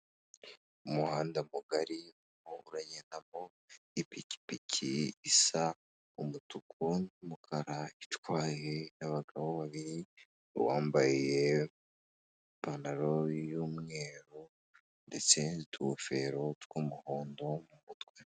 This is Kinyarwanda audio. Umuhanda mugari urimo uragendamo ipikipiki isa umutuku n'umukara itwaye abagabo babiri, uwambaye ipantaro y'umweru ndetse n'utugofero tw'umuhondo mu mutwe.